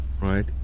Right